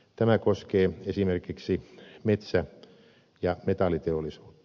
tämä koskee esimerkiksi metsä ja metalliteollisuutta